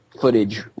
footage